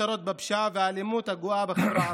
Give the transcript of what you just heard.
פשרות באלימות הגואה בחברה הערבית.